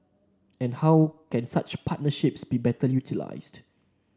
and how can such partnerships be better utilised